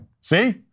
see